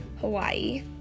Hawaii